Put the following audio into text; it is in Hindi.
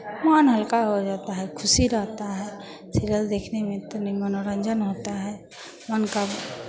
मन हल्का हो जाता है खुशी रहता है सीरियल देखने में तनी मनोरंजन होता है मन का